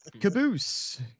Caboose